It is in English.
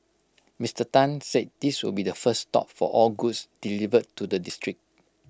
Mister Tan said this will be the first stop for all goods delivered to the district